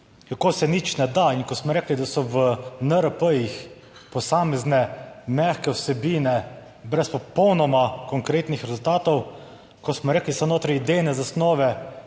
kako se nič ne da in ko smo rekli, da so v NRP posamezne mehke vsebine brez popolnoma konkretnih rezultatov, ko smo rekli, so notri idejne zasnove,